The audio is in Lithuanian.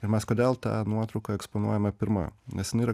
ir mes kodėl tą nuotrauką eksponuojame pirma nes jinai yra